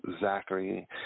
Zachary